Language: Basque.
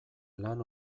lan